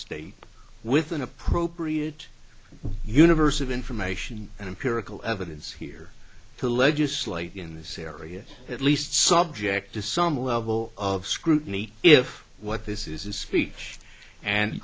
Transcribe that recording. state with an appropriate universe of information and empirical evidence here to legislate in this area at least subject to some level of scrutiny if what this is a speech and